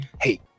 hey